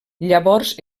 llavors